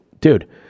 Dude